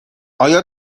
آیا